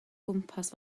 gwmpas